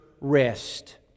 rest